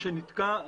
איך זה משפיע עליהם.